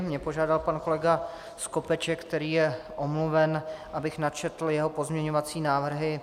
Mě požádal pan kolega Skopeček, který je omluven, abych načetl jeho pozměňovací návrhy.